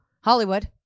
Hollywood